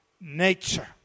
nature